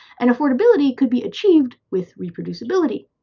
and affordability could be achieved with reproducibility,